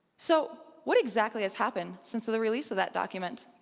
so, what exactly has happened since the release of that document?